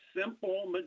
simple